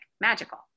magical